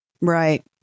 Right